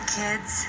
kids